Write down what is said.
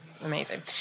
Amazing